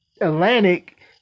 Atlantic